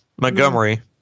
Montgomery